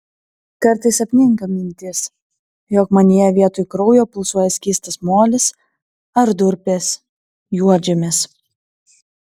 kartais apninka mintis jog manyje vietoj kraujo pulsuoja skystas molis ar durpės juodžemis